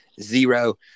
Zero